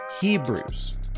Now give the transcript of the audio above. Hebrews